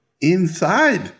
Inside